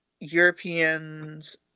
Europeans